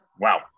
wow